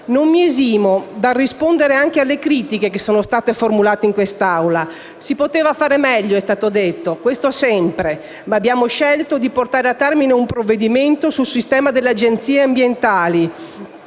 Non mi esimo dal rispondere anche alle critiche che sono state formulate in quest'Aula. Si poteva fare meglio, è stato detto, e questo sempre. Ma abbiamo scelto di portare a termine un provvedimento sul sistema delle Agenzie ambientali